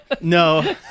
no